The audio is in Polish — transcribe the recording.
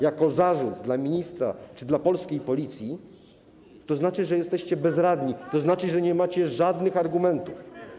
jako zarzut wobec ministra czy wobec polskiej Policji, to znaczy, że jesteście bezradni, to znaczy, że nie macie żadnych argumentów.